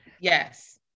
Yes